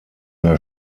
der